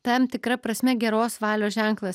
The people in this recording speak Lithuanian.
tam tikra prasme geros valios ženklas